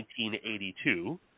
1982